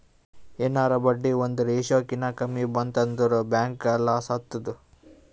ಎನಾರೇ ಬಡ್ಡಿ ಒಂದ್ ರೇಶಿಯೋ ಕಿನಾ ಕಮ್ಮಿ ಬಂತ್ ಅಂದುರ್ ಬ್ಯಾಂಕ್ಗ ಲಾಸ್ ಆತ್ತುದ್